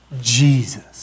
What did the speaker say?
Jesus